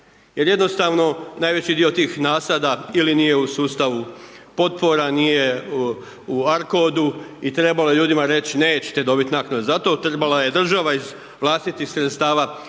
jer jednostavno najveći dio tih nasada ili nije u sustavu potpora, nije u ARCOD-u i trebalo je ljudima reći nećete dobiti naknade, zato trebala je država iz vlastitih sredstava